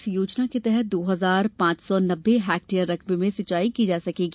इस योजना के तहत दो हजार पांच सौ नब्बे हैक्टेयर रकबे में सिंचाई की जा सकेगी